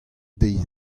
deiz